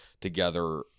together